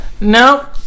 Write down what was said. No